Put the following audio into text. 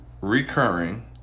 recurring